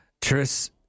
tris